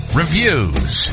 reviews